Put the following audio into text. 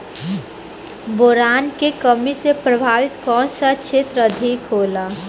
Boron के कमी से प्रभावित कौन सा क्षेत्र अधिक होला?